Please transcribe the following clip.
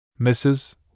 Mrs